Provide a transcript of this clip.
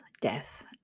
death